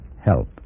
Help